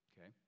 okay